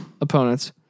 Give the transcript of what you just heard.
Opponents